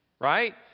right